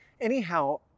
Anyhow